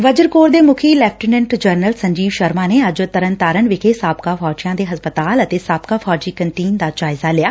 ਵਜਰ core ਦੇ ਮੁੱਖੀ lieutenant general Sanjeev Sharma ਨੇ ਅੱਜ ਤਰਨਤਾਰਨ ਵਿਖੇ ਸਾਬਕਾ ਫੌਜੀਆਂ ਦੇ ਹਸਪਤਾਲ ਅਤੇ ਕੰਟੀਨ ਦਾ ਜਾਇਜ਼ਾ ਲਿਆ